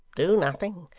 do nothing.